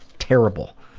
terrible.